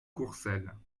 courcelles